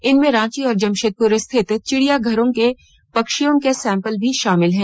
इनमें रांची और जमशेदपुर स्थित चिड़ियाघरों के पक्षियों के सैम्पल भी शामिल हैं